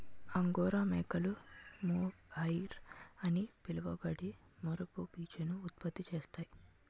angora మేకలు mohair అని పిలువబడే మెరుపు పీచును ఉత్పత్తి చేస్తాయి